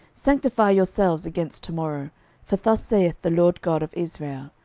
sanctify yourselves against to morrow for thus saith the lord god of israel,